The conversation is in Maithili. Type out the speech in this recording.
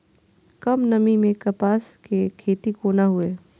कम नमी मैं कपास के खेती कोना हुऐ?